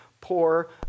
poor